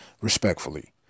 respectfully